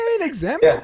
exempt